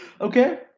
Okay